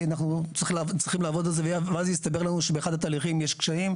כי אנחנו צריכים לעבוד על זה ואז יסתבר לנו שבאחד התהליכים יש קשיים.